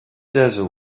desert